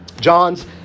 John's